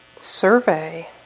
survey